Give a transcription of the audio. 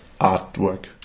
artwork